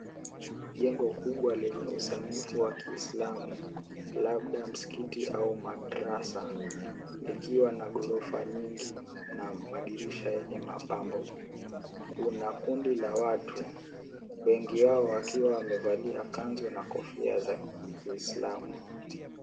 Jengo kubwa lenye usanifu wa kiislamu, labda msikiti au madrasa, likiwa na ghorofa nyingi na madirisha yenye mapambo. Kuna kundi la watu wengi wao wakiwa wamevalia kanzu na kofia za kiislamu.